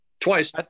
twice